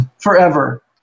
forever